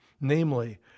namely